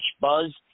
buzz